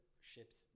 ship's